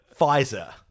Pfizer